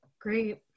Great